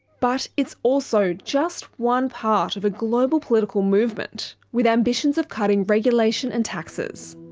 but it's also just one part of a global political movement with ambitions of cutting regulation and taxes.